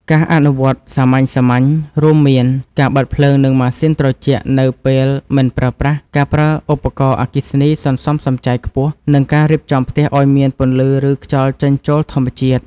ការអនុវត្តសាមញ្ញៗរួមមាន ការបិទភ្លើងនិងម៉ាស៊ីនត្រជាក់នៅពេលមិនប្រើប្រាស់ ការប្រើឧបករណ៍អគ្គិសនីសន្សំសំចៃខ្ពស់ និងការរៀបចំផ្ទះឱ្យមានពន្លឺឬខ្យល់ចេញចូលធម្មជាតិ។